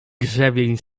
grzebień